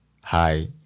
hi